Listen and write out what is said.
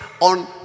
on